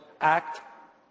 act